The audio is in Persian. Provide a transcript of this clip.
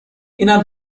اینم